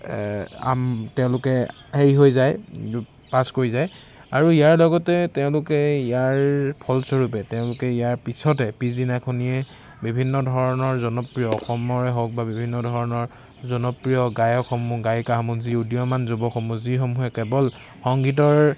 আম তেওঁলোকে হেৰি হৈ যায় পাছ কৰি যায় আৰু ইয়াৰ লগতে তেওঁলোকে ইয়াৰ ফলস্বৰূপে তেওঁলোকে ইয়াৰ পিছতে পিছদিনাখনিয়ে বিভিন্ন ধৰণৰ জনপ্ৰিয় অসমৰে হওক বা বিভিন্ন ধৰণৰ জনপ্ৰিয় গায়কসমূহ গায়িকাসমূহ আমাৰ যি উদীয়মান যুৱকসমূহ যিসমূহে কেৱল সংগীতৰ